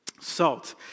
Salt